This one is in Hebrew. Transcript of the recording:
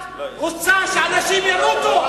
את רוצה שאנשים ימותו.